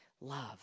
love